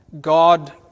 God